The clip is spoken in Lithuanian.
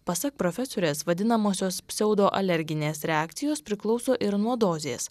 pasak profesorės vadinamosios pseudo alerginės reakcijos priklauso ir nuo dozės